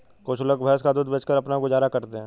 कुछ लोग भैंस का दूध बेचकर अपना गुजारा करते हैं